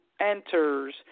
enters